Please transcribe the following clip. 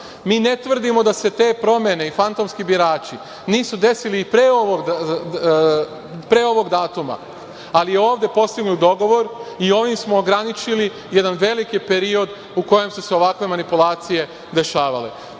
Mi ne tvrdimo da se te promene i fantomski birači nisu desili pre ovog datuma, ali je ovde postignut dogovor i ovim smo ograničili jedan veliki period u kojem su se ovakve manipulacije dešavale.